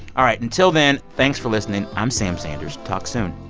all right. until then, thanks for listening. i'm sam sanders. talk soon